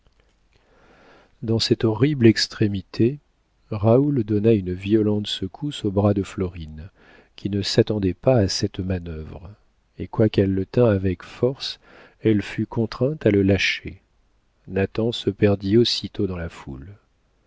dans cette horrible extrémité raoul donna une violente secousse au bras de florine qui ne s'attendait pas à cette manœuvre et quoiqu'elle le tînt avec force elle fut contrainte à le lâcher nathan se perdit aussitôt dans la foule